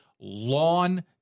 lawn